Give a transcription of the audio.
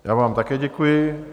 Já vám také děkuji.